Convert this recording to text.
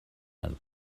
and